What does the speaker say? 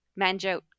Manjot